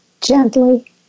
gently